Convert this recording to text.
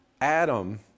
Adam